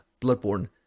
bloodborne